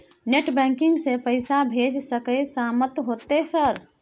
Net banking से पैसा भेज सके सामत होते सर?